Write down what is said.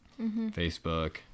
Facebook